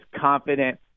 confident